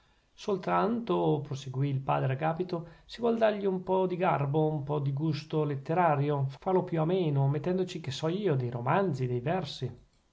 soltanto proseguì il padre agapito si vuol dargli un po di garbo un po di gusto letterario farlo più ameno mettendoci che so io dei romanzi dei versi